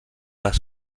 les